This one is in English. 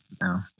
No